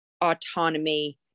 autonomy